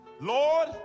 Lord